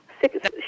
six